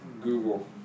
Google